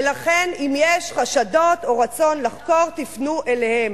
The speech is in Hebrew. ולכן, אם יש חשדות או רצון לחקור, תפנו אליהם.